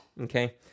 Okay